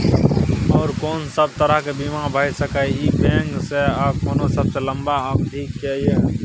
आर कोन सब तरह के बीमा भ सके इ बैंक स आ कोन सबसे लंबा अवधि के ये?